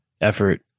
effort